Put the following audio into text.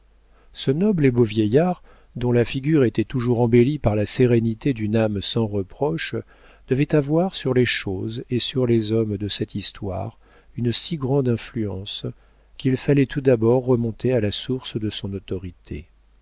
ce noble et beau vieillard dont la figure était toujours embellie par la sérénité d'une âme sans reproche devait avoir sur les choses et sur les hommes de cette histoire une si grande influence qu'il fallait tout d'abord remonter à la source de son autorité